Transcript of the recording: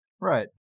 Right